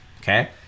Okay